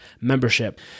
membership